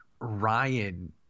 Ryan